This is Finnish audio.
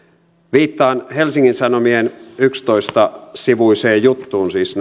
viittaan helsingin sanomien yksitoistasivuiseen juttuun siis